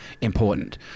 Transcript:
important